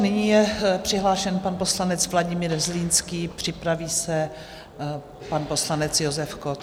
Nyní je přihlášen pan poslanec Vladimír Zlínský, připraví se pan poslanec Josef Kott.